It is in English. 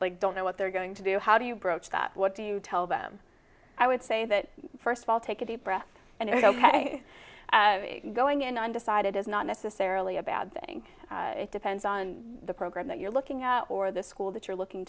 like don't know what they're going to do how do you broach that what do you tell them i would say that first of all take a deep breath and it's ok going in undecided is not necessarily a bad thing it depends on the program that you're looking at or the school that you're looking